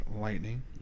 lightning